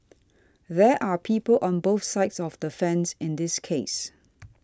there are people on both sides of the fence in this case